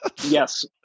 Yes